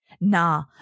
Nah